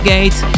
Gate